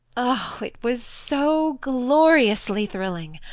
oh, it was so gloriously thrilling!